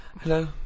Hello